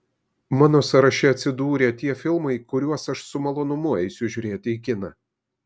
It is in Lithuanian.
mano sąraše atsidūrė tie filmai kuriuos aš su malonumu eisiu žiūrėti į kiną